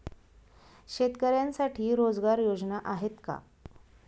शेतकऱ्यांसाठी रोजगार योजना आहेत का?